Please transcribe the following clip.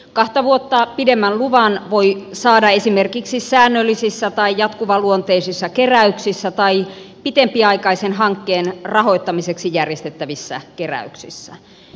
kahta vuotta pidemmän luvan voi saada esimerkiksi säännöllisissä tai jatkuvaluonteisissa keräyksissä tai pitempiaikaisen hankkeen rahoittamiseksi järjestettävissä keräyksissä